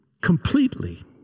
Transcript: Completely